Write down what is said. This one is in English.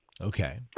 Okay